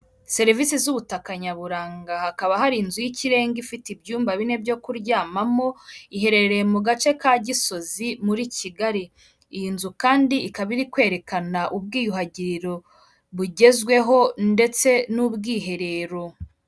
Serivise z'ubutaka nyaburanga, hakaba hari inzu y'ikirenga ifite ibyumba bine byo kuryamamo, iherereye mu gace ka Gisozi, muri Kigali. Iyi nzu kandi ikaba iri kwerekana ubwiyuhagiriro bugezweho, ndetse n'ubwiherero.